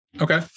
Okay